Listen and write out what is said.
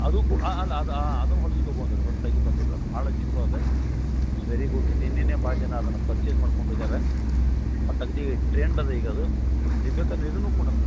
ಅದಕ್ಕು ಹಾಂ ಅಲ್ಲ ಅಲ್ಲ ಅದು ಹೊಲಿಸ್ಕೋಬೋದು ಹೊಸ್ದಾಗಿ ಬಂದದ ಭಾಳ ಚಲೋ ಅದಾ ಇಟ್ಸ್ ವೆರಿ ಗುಡ್ ನಿನ್ನೇ ಭಾಳ ಜನ ಅದನ್ನು ಪರ್ಚೆಸ್ ಮಾಡ್ಕೊಂಡು ಹೋಗ್ಯಾರ ಮತ್ತು ಅಗ್ದಿ ಟ್ರೆಂಡ್ ಅದು ಈಗ ಅದು ಇದ್ಬೇಕು ಅಂದ್ರೆ ಇದನ್ನು ಕೊಡೋವು